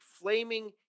flaming